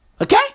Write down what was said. Okay